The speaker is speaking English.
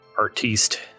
artiste